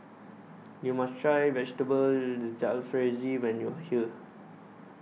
YOU must Try Vegetable Jalfrezi when YOU Are here